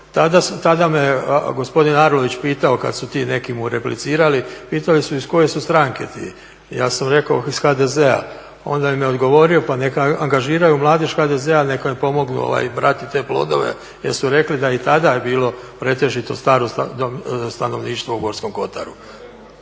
Tada me gospodin Arlović pitao kad su ti neki mu replicirali pitao me iz koje su stranke ti? Ja sam rekao iz HDZ-a, i onda mi je odgovorio pa neka angažiraju mladež HDZ-a neka pomognu brati te plodove jer su rekli da i tada je bilo pretežito staro stanovništvo u Gorskom kotaru.